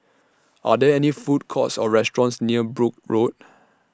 Are There any Food Courts Or restaurants near Brooke Road